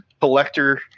collector